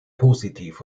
positiv